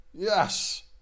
Yes